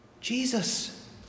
Jesus